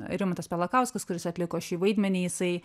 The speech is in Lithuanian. rimantas pelakauskas kuris atliko šį vaidmenį jisai